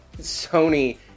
sony